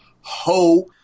ho